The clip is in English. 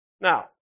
Now